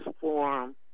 forum